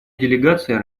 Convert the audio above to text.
делегация